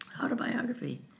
autobiography